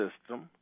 system